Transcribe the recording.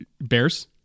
Bears